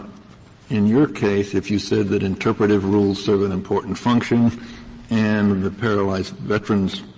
in your case if you said that interpretative rules serve an important function and the paralyzed veterans's